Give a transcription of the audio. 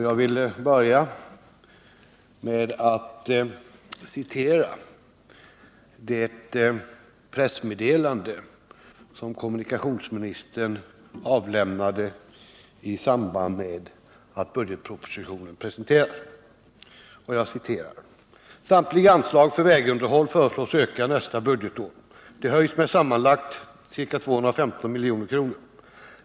Jag vill börja med att citera ett pressmeddelande som kommunikationsministern avlämnade i samband med att budgetpropositionen presenterades: ”Samtliga anslag för vägunderhåll föreslås öka nästa budgetår. De höjs med sammanlagt ca 215 milj.kr.